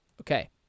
Okay